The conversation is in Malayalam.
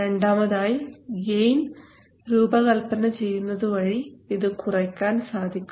രണ്ടാമതായി ഗയിൻ രൂപ കൽപ്പന ചെയ്യുന്നതുവഴി ഇത് കുറയ്ക്കാൻ സാധിക്കും